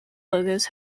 logos